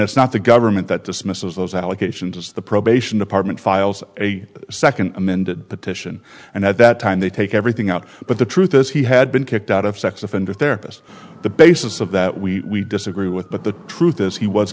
it's not the government that dismisses those allegations it's the probation department files a second amended petition and at that time they take everything out but the truth is he had been kicked out of sex offender therapist the basis of that we disagree with but the truth is he was